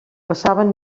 passaven